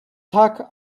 tak